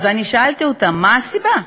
שאלתי אותה: מה הסיבה?